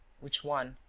which one?